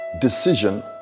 decision